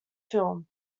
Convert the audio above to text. film